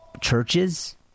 churches